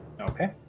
Okay